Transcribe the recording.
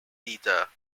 leader